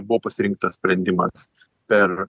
buvo pasirinktas sprendimas per